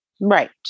Right